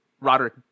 Roderick